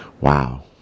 wow